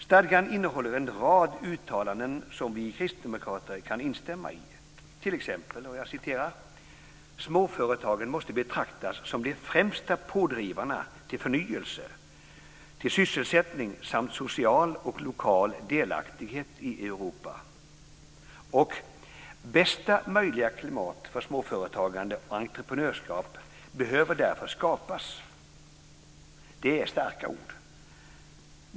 Stadgan innehåller en rad uttalanden som vi kristdemokrater kan instämma i, t.ex. att "småföretagen måste betraktas som de främsta pådrivarna till förnyelse, sysselsättning samt social och lokal delaktighet i Europa" och att "bästa möjliga klimat för småföretagande och entreprenörskap behöver därför skapas". Det är starka ord.